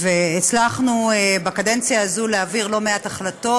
הצלחנו בקדנציה הזאת להעביר לא מעט החלטות